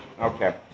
Okay